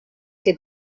que